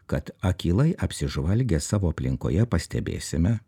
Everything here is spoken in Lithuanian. kad akylai apsižvalgę savo aplinkoje pastebėsime